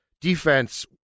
defense